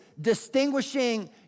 distinguishing